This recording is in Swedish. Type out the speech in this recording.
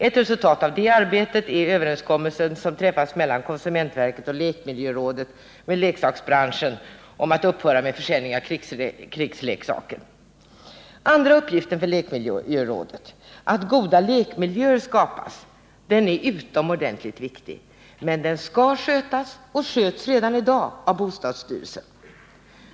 Ett resultat av det arbetet är den överenskommelse som träffats mellan å ena sidan konsumentverket och lekmiljörådet och å andra sidan leksaksbranschen, om att upphöra med försäljning av krigsleksaker. Den andra uppgiften för lekmiljörådet, att goda lekmiljöer skapas, är utomordentligt viktig, men den skall skötas, och sköts r>dan i dag, av bostadsstyrelsen.